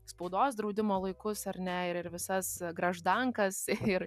spaudos draudimo laikus ar ne ir ir visas graždankas ir